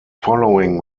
following